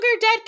dead